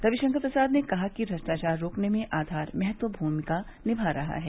रविशंकर प्रसाद ने कहा कि भ्रष्टाचार रोकने में आधार महत्वपूर्ण भूमिका निभा रहा है